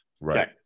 Right